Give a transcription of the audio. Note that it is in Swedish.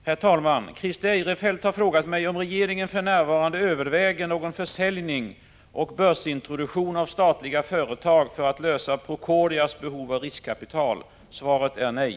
Herr talman! Christer Eirefelt har frågat mig om regeringen för närvarande överväger någon försäljning och börsintroduktion av statliga företag för att lösa Procordias behov av riskkapital. Svaret är nej.